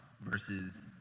versus